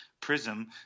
prism